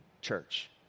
church